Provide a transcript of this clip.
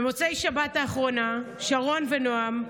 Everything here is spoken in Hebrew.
במוצאי שבת האחרונה שרון ונעם,